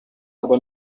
aber